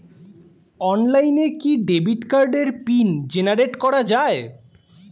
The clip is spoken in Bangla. অনলাইনে কি ডেবিট কার্ডের পিন জেনারেট করা যায়?